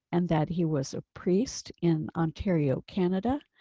and that he was a priest in ontario, canada,